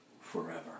forever